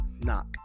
knock